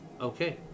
Okay